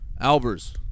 Albers